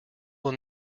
will